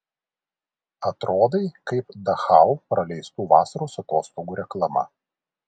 atrodai kaip dachau praleistų vasaros atostogų reklama